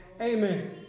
Amen